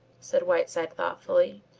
said whiteside thoughtfully,